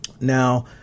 Now